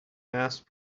asked